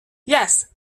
yes